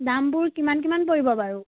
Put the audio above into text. দামবোৰ কিমান কিমান পৰিব বাৰু